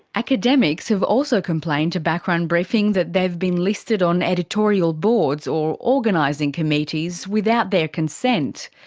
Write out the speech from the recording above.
academics have also complained to background briefing that they've been listed on editorial boards or organising committees without their consent.